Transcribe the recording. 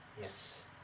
Yes